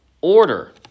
order